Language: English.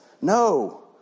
no